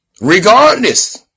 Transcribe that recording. Regardless